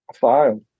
file